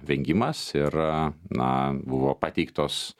vengimas ir na buvo pateiktos